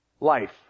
life